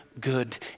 good